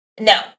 No